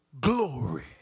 glory